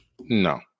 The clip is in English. No